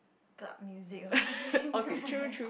club music or something right